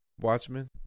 Watchmen